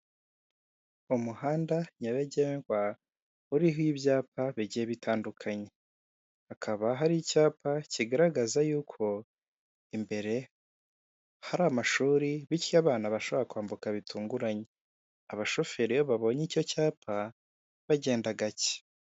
Umuhanda nyabagendwa, uriho ibyapa bigiye bitandukanye. Hakaba hari icyapa kigaragaza yuko imbere hari amashuri bityo abana bashobora kwambuka bitunguranye. Abashoferi iyo babonye icyo cyapa, bagenda gake.